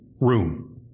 room